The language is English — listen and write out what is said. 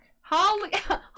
Holly-